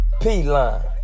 P-Line